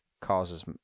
causes